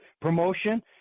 promotion